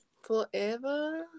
Forever